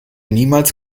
niemals